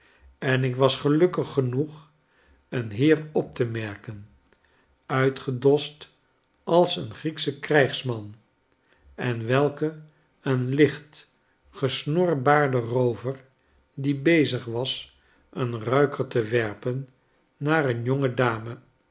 en ik was gelukkig genoeg een heer op te merken uitgedost als een grieksch krijgsman en welke een licht gesnorbaarden roover die bezig was een ruiker te werpen naar een